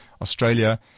Australia